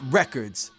records